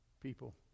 people